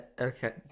Okay